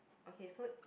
okay so